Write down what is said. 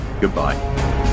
Goodbye